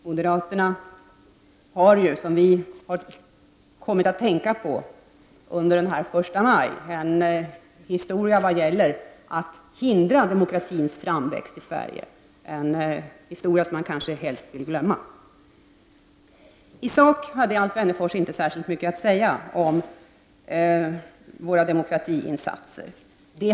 Moderaterna har — och det kom vi att tänka på under första maj — en historia där man försökt hindra demokratins framväxt i Sverige, en historia som man kanske helst vill glömma. I sak hade Alf Wennerfors inte särskilt mycket att säga om våra demokratiinsatser.